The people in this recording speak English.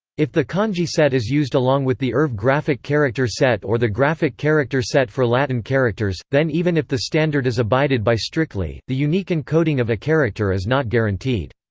if the kanji set is used along with the irv graphic character set or the graphic character set for latin characters, then even if the standard is abided by strictly, the unique encoding of a character is not guaranteed.